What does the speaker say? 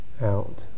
out